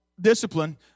discipline